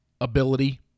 ability